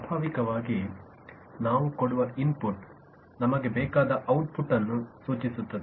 ಸ್ವಾಭಾವಿಕವಾಗಿ ನಾವು ಕೊಡುವ ಇನ್ಪುಟ್ ನಮಗೆ ಬೇಕಾದ ಔಟ್ಪುಟ್ ಅನ್ನು ಸೂಚಿಸುತ್ತದೆ